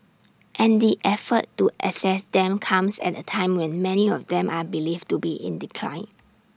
and the effort to assess them comes at A time when many of them are believed to be in decline